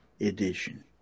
edition